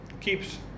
keeps